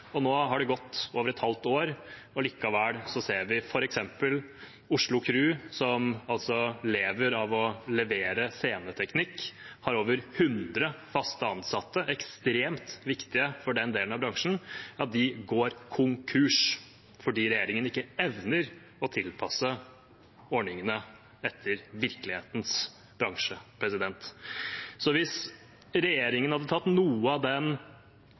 Nå har det gått over et halvt år, og likevel ser vi at f.eks. Oslo Kru, som lever av å levere sceneteknikk, har over hundre fast ansatte og er ekstremt viktige for den delen av bransjen, går konkurs fordi regjeringen ikke evner å tilpasse ordningene etter virkelighetens bransje. Hvis regjeringen hadde tatt noe av den